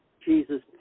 Jesus